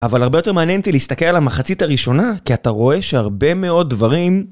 אבל הרבה יותר מעניין אותי להסתכל על המחצית הראשונה, כי אתה רואה שהרבה מאוד דברים...